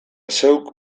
zeuk